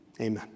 Amen